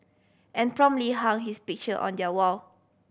and promptly hung his picture on their wall